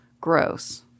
Gross